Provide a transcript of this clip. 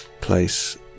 place